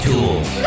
Tools